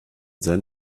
then